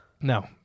No